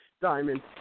Diamond